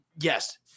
yes